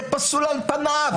זה פסול על פניו.